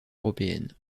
européenne